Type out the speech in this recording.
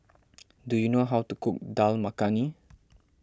do you know how to cook Dal Makhani